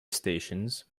stations